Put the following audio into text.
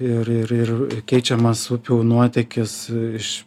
ir ir ir keičiamas upių nuotėkis iš